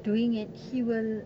doing it he will